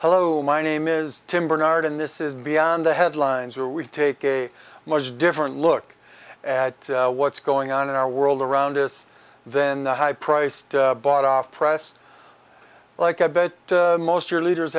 hello my name is tim bernard and this is beyond the headlines are we take a much different look at what's going on in our world around us then the high priced bought off press like i bet most your leaders